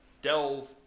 Delve